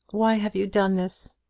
why have you done this?